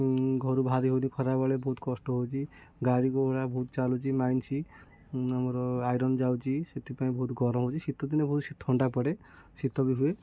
ଘରୁ ଭାରି ହେଉନି ଖରାବେଳେ ବହୁତ କଷ୍ଟ ହେଉଛି ଗାଡ଼ିଘୋଡ଼ା ବହୁତ ଚାଲୁଛି ମାଇନ୍ସ୍ ଆମର ଆଇରନ୍ ଯାଉଛି ସେଥିପାଇଁ ବହୁତ ଗରମ ହେଉଛି ଶୀତ ଦିନେ ବହୁତ ଥଣ୍ଡା ପଡ଼େ ଶୀତ ବି ହୁଏ